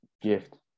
gift